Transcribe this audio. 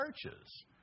churches